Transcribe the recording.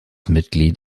mitglied